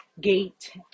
gate